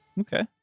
Okay